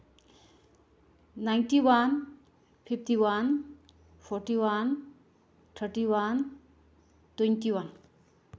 ninety one fifty one forty one thirty one twenty one